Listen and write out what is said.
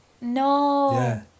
No